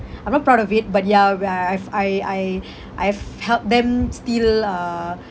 I'm not proud of it but ya where I~ I've I~ I~ I've helped them steal uh